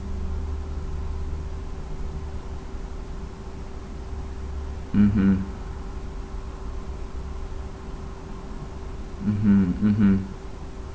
mmhmm mmhmm mmhmm